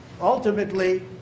ultimately